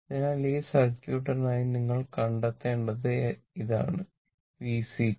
അതിനാൽ ഈ സർക്യൂട്ടിനായി നിങ്ങൾ കണ്ടെത്തേണ്ടത് ഇതാണ്Vc